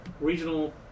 regional